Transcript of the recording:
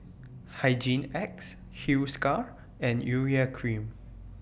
Hygin X Hiruscar and Urea Cream